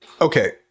okay